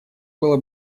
было